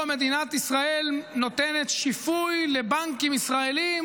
מדינת ישראל נותנת שיפוי לבנקים ישראליים